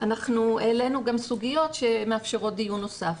אנחנו העלינו גם סוגיות שמאפשרות דיון נוסף.